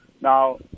Now